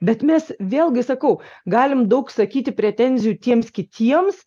bet mes vėlgi sakau galim daug sakyti pretenzijų tiems kitiems